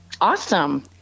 Awesome